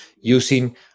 using